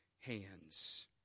hands